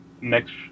next